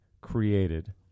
created